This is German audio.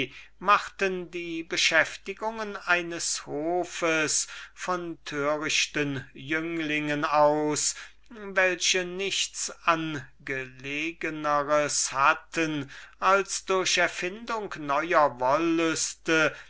machten die beschäftigungen eines hofes von törichten jünglingen aus welche nichts angelegeners hatten als durch erfindung neuer